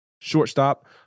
shortstop